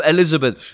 Elizabeth